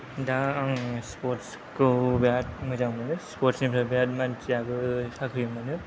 दा आं स्पर्ट्सखौ बेराद मोजां मोनो स्पर्ट्सनिफ्राय बिराद मानसियाबो साख्रि मोनो